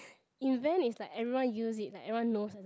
invent is like everyone use it like everyone knows